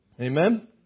Amen